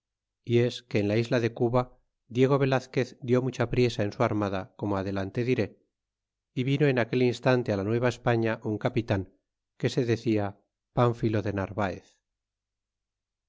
y es que en la isla de cuba diego velazquez di mucha priesa en su armada como adelante diré y vino en aquel instante la nueva españa un capitan que se decia pámphilo de narvaez